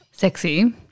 Sexy